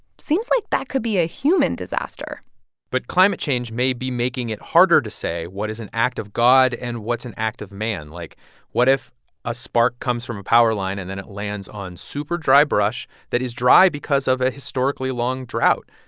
seems like that could be a human disaster but climate change may be making it harder to say what is an act of god and what's an act of man. like what if a spark comes from a power line, and then it lands on super dry brush that is dry because of a historically long drought?